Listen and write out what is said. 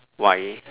why